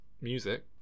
music